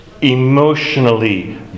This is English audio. emotionally